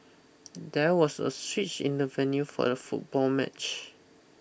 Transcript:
there was a switch in the venue for the football match